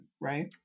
right